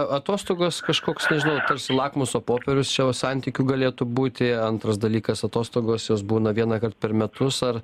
atostogos kažkoks nežinau tarsi lakmuso popierius čia santykių galėtų būti antras dalykas atostogos jos būna vieną kart per metus ar